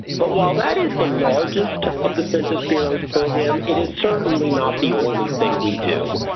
but while that is the largest of the census bureau's program it is certainly not the only thing we do.